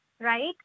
right